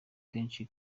kenshi